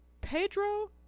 Pedro